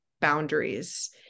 boundaries